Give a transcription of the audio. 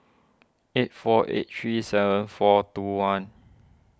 eight four eight three seven four two one